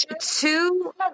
Two